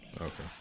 Okay